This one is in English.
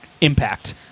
impact